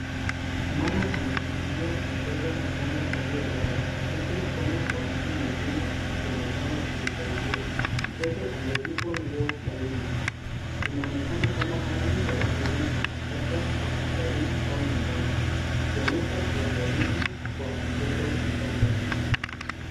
Mama anashikilia mtoto mchanga aliyelala huku mkono wa mtu mwingine ukionekana ukimsaidia, mtoto amevikwa nguo laini , inaonekana kama hali ya utulivu labda hospitalini au nyumbani ikionyesha uangalivu kwa mtoto mchanga.